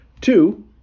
two